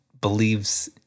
believes